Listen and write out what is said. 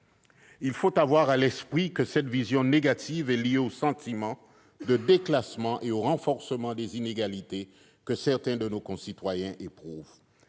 Il faut avoir à l'esprit que cette vision négative est liée au sentiment de déclassement et au renforcement des inégalités que certains de nos concitoyens éprouvent.